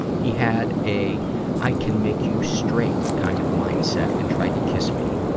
he had a i can make you straight kind of mindset and tried to kiss me.